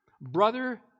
brother